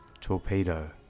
Torpedo